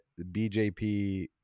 BJP